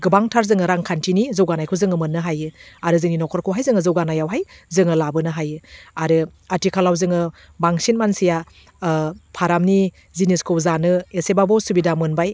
गोबांथार जोङो रांखान्थिनि जौगानायखौ जोङो मोननो हायो आरो जोंनि न'खरखौहाय जोङो जौगानायावहाय जोङो लाबोनो हायो आरो आथिखालाव जोङो बांसिन मानसिया फारामनि जिनिसखौ जानो एसेबाबो उसुबिदा मोनबाय